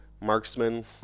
Marksman